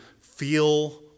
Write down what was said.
feel